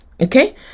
Okay